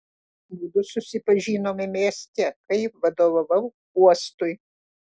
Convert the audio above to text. mudu susipažinome mieste kai vadovavau uostui